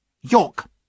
York